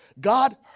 God